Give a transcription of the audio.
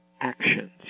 actions